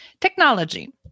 Technology